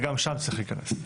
וגם לשם צריך להיכנס.